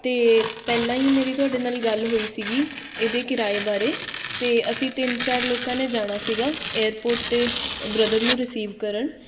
ਅਤੇ ਪਹਿਲਾਂ ਹੀ ਮੇਰੀ ਤੁਹਾਡੇ ਨਾਲ ਗੱਲ ਹੋਈ ਸੀਗੀ ਇਹਦੇ ਕਿਰਾਏ ਬਾਰੇ ਅਤੇ ਅਸੀਂ ਤਿੰਨ ਚਾਰ ਲੋਕਾਂ ਨੇ ਜਾਣਾ ਸੀਗਾ ਏਅਰਪੋਰਟ 'ਤੇ ਬ੍ਰਦਰ ਨੂੰ ਰਿਸੀਵ ਕਰਨ